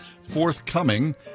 forthcoming